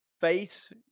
face